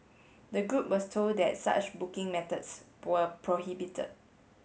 the group was told that such booking methods were prohibited